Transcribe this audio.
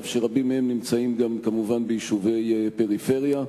שרבים מהם נמצאים כמובן ביישובי פריפריה.